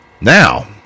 Now